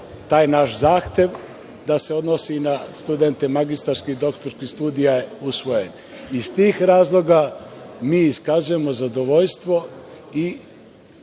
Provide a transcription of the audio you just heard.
taj naš zahtev da se odnosi i na studente magistarskih, doktorskih studija je usvojen. Iz tih razloga mi iskazujemo zadovoljstvo i